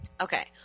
Okay